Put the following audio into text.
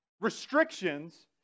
restrictions